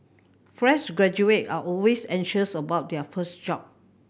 fresh graduate are always anxious about their first job